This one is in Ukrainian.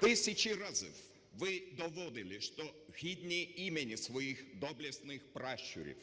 Тисячі разів ви доводили, що гідні імені своїх доблесних пращурів.